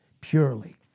purely